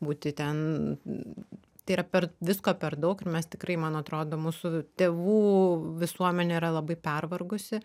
būti ten tai yra per visko per daug ir mes tikrai man atrodo mūsų tėvų visuomenė yra labai pervargusi